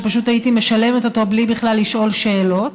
שפשוט הייתי משלמת אותו בלי לשאול שאלות בכלל.